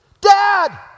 Dad